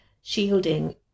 shielding